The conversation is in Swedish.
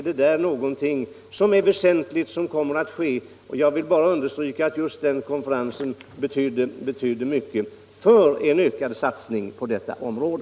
Detta kommer följaktligen att ske, och jag vill bara understryka att just den här konferensen betydde mycket för en ökad satsning inom detta område.